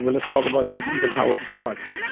let's talk about just even how it starts.